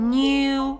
new